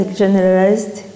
generalized